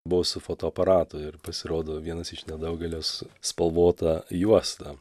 buvau su fotoaparatu ir pasirodo vienas iš nedaugelio su spalvota juosta